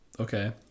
okay